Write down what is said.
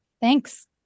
Thanks